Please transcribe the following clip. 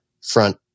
front